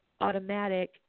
automatic